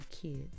kids